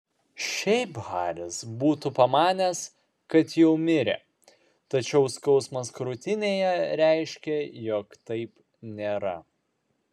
šiaip haris būtų pamanęs kad jau mirė tačiau skausmas krūtinėje reiškė jog taip nėra